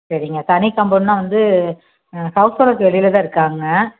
சரிங்க தனி காம்பவுண்ட்ன்னா வந்து ஹவுஸ் ஓனர் வெளியில் தான் இருக்காங்க